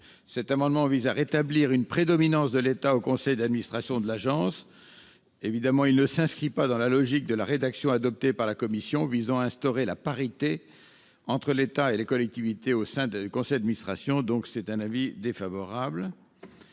a pour objet de rétablir une prédominance de l'État au conseil d'administration de l'agence. Il ne s'inscrit pas dans la logique de la rédaction adoptée par la commission, qui vise à instaurer la parité entre l'État et les collectivités au sein du conseil d'administration. L'avis est donc défavorable.